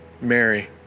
Mary